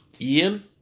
Ian